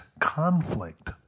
conflict